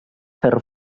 ferro